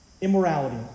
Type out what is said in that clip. immorality